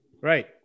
Right